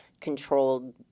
controlled